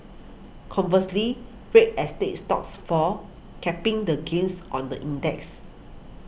conversely real estate stocks fall capping the gains on the index